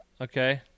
okay